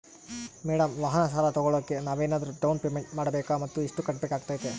Madam ವಾಹನ ಸಾಲ ತೋಗೊಳೋಕೆ ನಾವೇನಾದರೂ ಡೌನ್ ಪೇಮೆಂಟ್ ಮಾಡಬೇಕಾ ಮತ್ತು ಎಷ್ಟು ಕಟ್ಬೇಕಾಗ್ತೈತೆ?